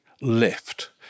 lift